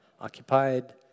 occupied